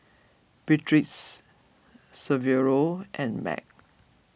Beatriz Severo and Meg